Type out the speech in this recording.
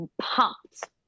pumped